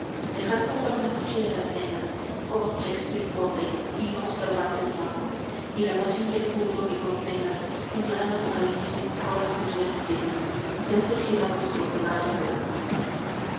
dejad pasar la noche de la cena oh shakespeare pobre y oh cervantes manco y la pasión del vulgo que condena un gran apocalipsis horas futuras llena ya surgirá vuestro pegaso blanco